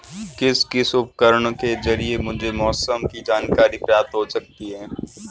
किस किस उपकरण के ज़रिए मुझे मौसम की जानकारी प्राप्त हो सकती है?